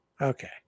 Okay